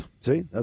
See